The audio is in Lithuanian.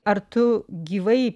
ar tu gyvai